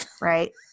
Right